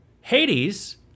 Hades